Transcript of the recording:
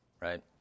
right